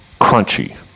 crunchy